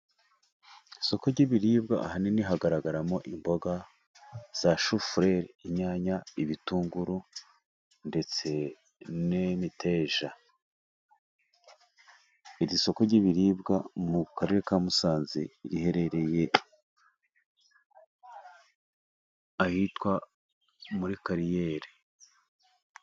Isoko ry'ibiribwa ahanini hagaragaramo imboga za shufureri ibitunguru ndetse n'imiteja, isoko ry'ibiribwa mu karere ka musanze riherereye ahitwa muri kariyeri.